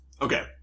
Okay